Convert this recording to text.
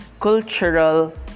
cultural